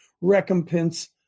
recompense